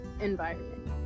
environment